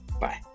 Bye